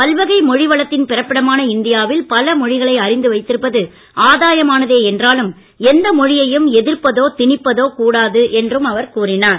பல்வகை மொழி வளத்தின் பிறப்பிடமான இந்தியாவில் பல மொழிகளை அறிந்து வைத்திருப்பது ஆதாயமானதே என்றாலும் எந்த மொழியையும் எதிர்ப்பதோ திணிப்பதோ கூடாது என்றார்